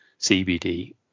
CBD